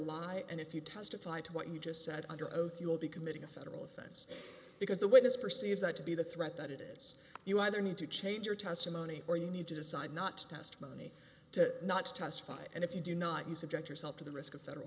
lie and if you testify to what you just said under oath you'll be committing a federal offense because the witness perceives that to be the threat that it is you either need to change your testimony or you need to decide not to testimony to not to testify and if you do not you subject yourself to the risk of federal